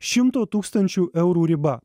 šimto tūkstančių eurų riba